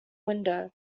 window